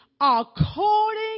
according